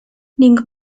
ning